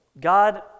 God